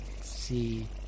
see